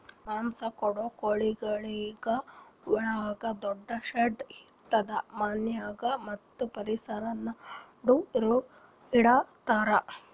ಮಾಂಸ ಕೊಡೋ ಕೋಳಿಗೊಳಿಗ್ ಒಳಗ ದೊಡ್ಡು ಶೆಡ್ ಇದ್ದಿದು ಮನ್ಯಾಗ ಮತ್ತ್ ಪರಿಸರ ನಡು ಇಡತಾರ್